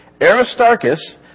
Aristarchus